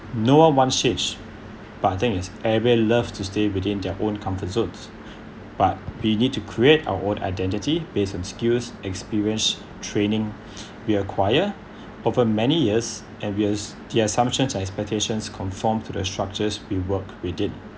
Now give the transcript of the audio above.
no one wants change but I think is everybody love to stay within their own comfort zones but we need to create our own identity based on skills experience training we acquired over many years and we're the assumptions and expectations conform to the structures we work within